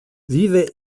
vive